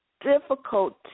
difficult